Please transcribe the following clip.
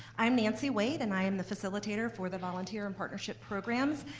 i'm nancy wait and i am the facilitator for the volunteer and partnership programs,